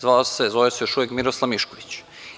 Zvao se, zove se još uvek Miroslav Mišković.